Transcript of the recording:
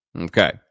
Okay